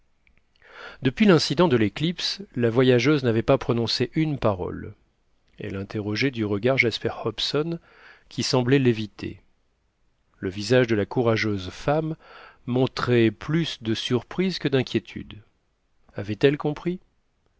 depuis l'incident de l'éclipse la voyageuse n'avait pas prononcé une parole elle interrogeait du regard jasper hobson qui semblait l'éviter le visage de la courageuse femme montrait plus de surprise que d'inquiétude avait-elle compris